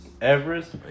Everest